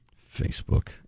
Facebook